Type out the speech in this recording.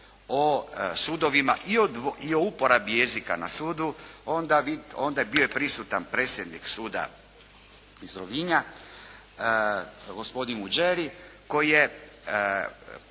o sudovima i o uporabi jezika na sudu onda je bio prisutan predsjednik suda iz Rovinja gospodin Vuđeri, koji je